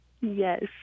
Yes